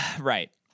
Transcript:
Right